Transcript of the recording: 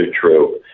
true